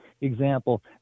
example